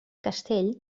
castell